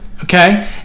Okay